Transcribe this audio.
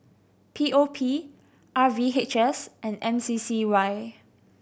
P O P R V H S and M C C Y